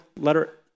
letter